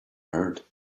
heard